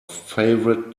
favorite